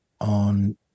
on